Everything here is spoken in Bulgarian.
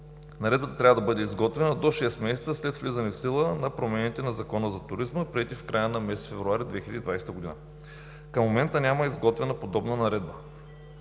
Наредбата трябва да бъде изготвена до шест месеца след влизане в сила на промените на Закона за туризма, приети в края на месец февруари 2020 г. Към момента няма изготвена подобна наредба.